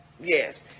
yes